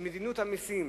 שמדיניות המסים